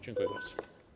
Dziękuję bardzo.